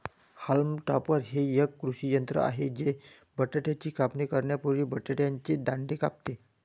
haulm topper हे एक कृषी यंत्र आहे जे बटाट्याची कापणी करण्यापूर्वी बटाट्याचे दांडे कापते